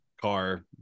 car